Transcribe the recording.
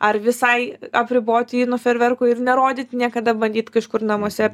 ar visai apriboti jį nuo fejerverkų ir nerodyti niekada bandyt kažkur namuose